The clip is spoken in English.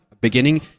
beginning